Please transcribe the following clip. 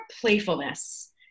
playfulness